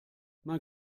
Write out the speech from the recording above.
man